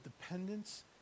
dependence